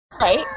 Right